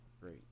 Great